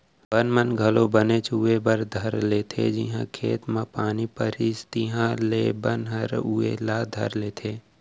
बन मन घलौ बनेच उवे बर धर लेथें जिहॉं खेत म पानी परिस तिहॉले बन ह उवे ला धर लेथे